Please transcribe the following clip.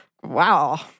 Wow